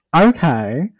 Okay